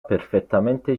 perfettamente